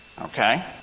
Okay